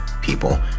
people